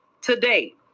today